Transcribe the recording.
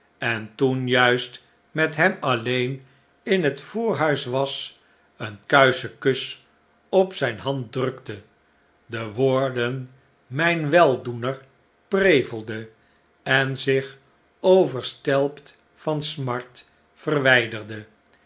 en toen juist met hem alleen in het voorhuis was een kuischen kus op zijne hand drukte de woorden mijn weldoener prevelde en zich overstelpt van smart verwijderde